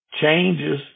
changes